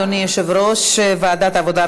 אדוני יושב-ראש ועדת העבודה,